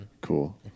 Cool